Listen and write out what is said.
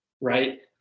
right